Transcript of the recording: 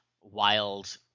wild